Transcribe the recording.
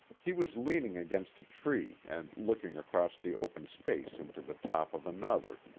he was leaning against a tree and looking across the open space into the top of another,